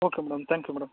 okay madam thank you madam